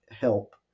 help